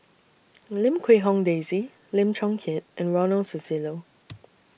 Lim Quee Hong Daisy Lim Chong Keat and Ronald Susilo